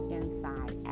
inside